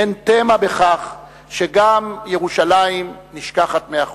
אין תמה בכך שגם ירושלים נשכחת מאחור.